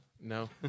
No